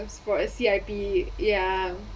for a C_I_P ya